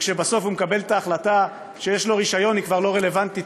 כשבסוף הוא מקבל את ההחלטה שיש לו רישיון היא כבר לא רלוונטית,